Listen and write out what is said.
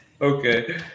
Okay